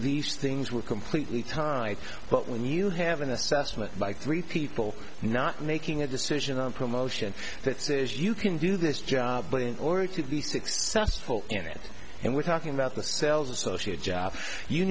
these things were completely time but when you have an assessment by three people not making a decision on promotion that says you can do this job but in order to be successful in it and we're talking about the cells associate jobs you